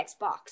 Xbox